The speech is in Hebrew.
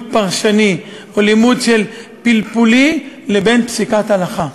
פרשני או לימוד פלפולי לבין פסיקת הלכה.